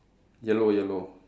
yellow yellow